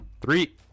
Three